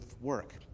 work